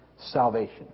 salvation